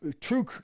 true